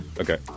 Okay